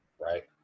right